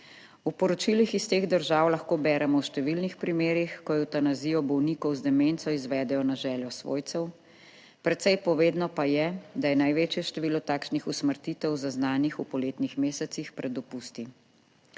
V poročilih iz teh držav lahko beremo v številnih primerih, ko evtanazijo bolnikov z demenco izvedejo na željo svojcev, precej povedno pa je, da je največje število takšnih usmrtitev zaznanih v poletnih mesecih pred dopusti.